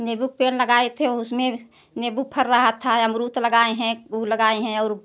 नीबू के पेड़ लगाए थे उसमे नीबू फर रहा था अमरुद लगाए हैं वो लगाए हैं और